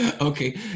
Okay